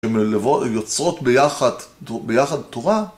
יוצרות ביחד תורה?